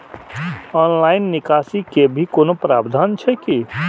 Online निकासी के भी कोनो प्रावधान छै की?